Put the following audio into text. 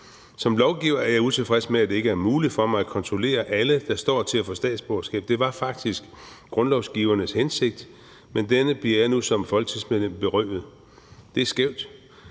Som lovgiver er jeg utilfreds med, at det ikke er muligt for mig at kontrollere alle, der står til at få statsborgerskab. Det var faktisk grundlovsgivernes hensigt, men det bliver jeg nu som folketingsmedlem berøvet. Det er skævt.